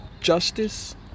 justice